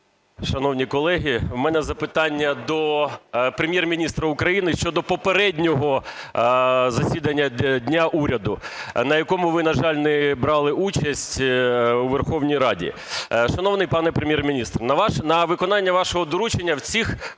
Шановні колеги, у мене запитання до Прем'єр-міністра України щодо попереднього засідання дня уряду, на якому ви, на жаль, не брали участь у Верховній Раді. Шановний пане Прем'єр-міністр, на виконання вашого доручення в ці